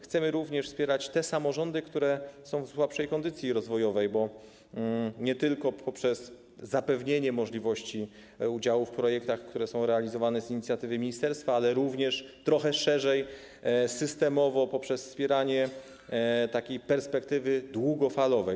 Chcemy również wspierać samorządy, które są w słabszej kondycji rozwojowej, nie tylko poprzez zapewnienie im możliwości udziału w projektach, które są realizowane z inicjatywy ministerstwa, ale również trochę szerzej, systemowo, poprzez wspieranie ich w perspektywie długofalowej.